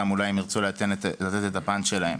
אולי הם גם ירצו לתת את הפן שלהם.